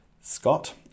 Scott